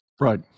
Right